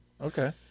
Okay